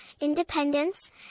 independence